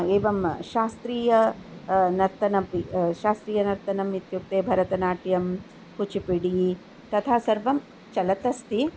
एवं शास्त्रीयं नर्तनपि शास्त्रीयनर्तनम् इत्युक्ते भरतनाट्यं कुचुपीडि तथा सर्वं चलत् अस्ति